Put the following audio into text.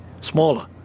smaller